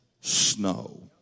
snow